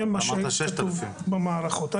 זה מה שכתוב במערכות.